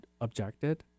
objected